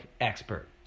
expert